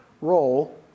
role